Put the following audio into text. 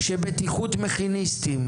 שבטיחות מכיניסטים,